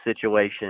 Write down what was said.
situation